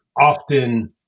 often